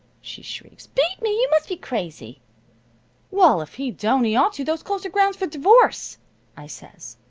she shrieks, beat me! you must be crazy well, if he don't, he ought to. those clothes are grounds for divorce i says.